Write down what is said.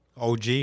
OG